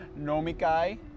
Nomikai